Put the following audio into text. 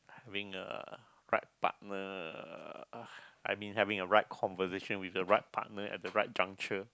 being a right partner uh I mean having a right conversation with the right partner at the right juncture